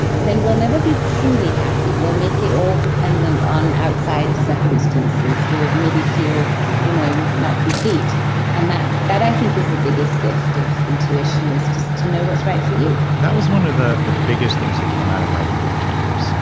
then we'll never be truly happy. we'll make it all dependent on outside circumstances. we'll maybe feel you know not complete and that that i think is the biggest gift of intuition is just to know what's right for you that was one of the the biggest things that came out of writing game changers.